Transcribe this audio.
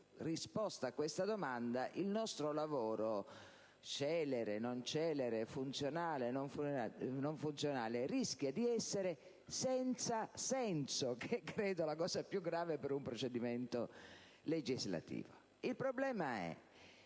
risposta a questa domanda il nostro lavoro, celere o non celere, funzionale o no, rischia di essere senza senso e credo che ciò sarebbe molto grave per un procedimento legislativo. Il problema è